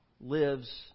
lives